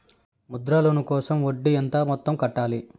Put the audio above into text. Mudra loan కోసం వడ్డీ ఎంత మొత్తం కట్టాలి